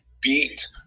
beat